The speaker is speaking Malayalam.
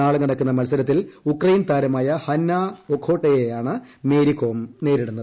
നാളെ നടക്കുന്ന മത്സരത്തിൽ ഉക്രയ്ൻ താരമായ ഹന്ന ഒഖോട്ടയെയാണ് മേരി കോം നേരിടുന്നത്